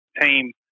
team